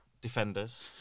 defenders